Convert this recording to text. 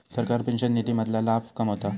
सरकार पेंशन निधी मधना लाभ कमवता